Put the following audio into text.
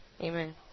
Amen